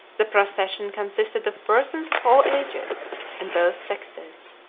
the procession consisted of persons of all ages and both sexes.